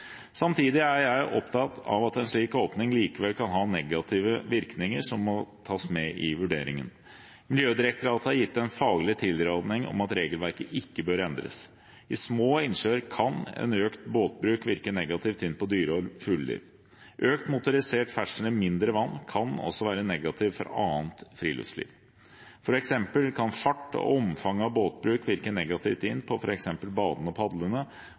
Samtidig er jeg opptatt av at en slik åpning likevel kan ha negative virkninger som må tas med i vurderingen. Miljødirektoratet har gitt en faglig tilråding om at regelverket ikke bør endres. I små innsjøer kan økt båtbruk virke negativt inn på dyre- og fugleliv. Økt motorisert ferdsel i mindre vann kan også være negativt for annet friluftsliv. For eksempel kan fart og omfanget av båtbruk virke negativt inn på f.eks. badende og padlende,